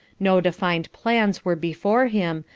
no defined plans were before him,